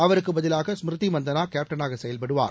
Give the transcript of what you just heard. அவருக்கு பதிலாக ஸ்மிருதி மந்தனா கேப்டனாக செயல்படுவார்